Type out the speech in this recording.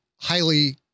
highly